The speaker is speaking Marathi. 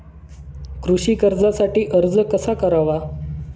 कृषी कर्जासाठी अर्ज कसा करावा?